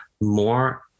more